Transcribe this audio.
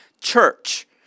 church